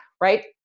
right